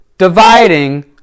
dividing